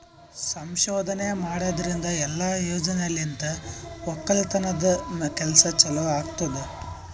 ಸಂಶೋಧನೆ ಮಾಡದ್ರಿಂದ ಇಲ್ಲಾ ಯೋಜನೆಲಿಂತ್ ಒಕ್ಕಲತನದ್ ಕೆಲಸ ಚಲೋ ಆತ್ತುದ್